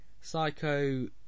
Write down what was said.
psycho